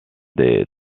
des